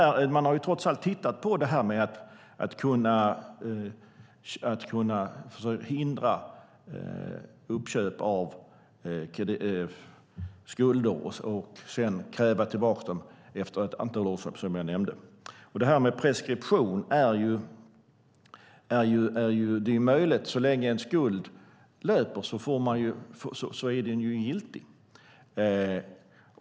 Man har trots allt tittat på detta med att hindra uppköp av skulder som krävs tillbaka efter ett antal år, som jag nämnde. När det gäller preskription är det möjligt - så länge en skuld löper är den giltig.